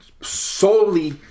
solely